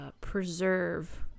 preserve